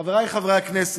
חברי חברי הכנסת,